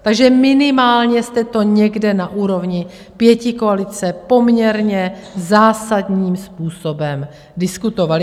Takže minimálně jste to někde na úrovni pětikoalice poměrně zásadním způsobem diskutovali.